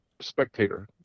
spectator